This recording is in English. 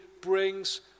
brings